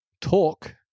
talk